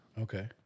Okay